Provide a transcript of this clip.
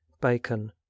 Bacon